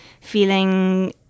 feeling